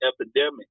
epidemic